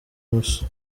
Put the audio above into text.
imoso